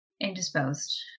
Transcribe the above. indisposed